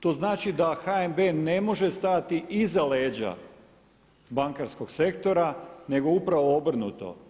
To znači da HNB ne može stajati iza leđa bankarskog sektora, nego upravo obrnuto.